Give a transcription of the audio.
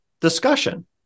discussion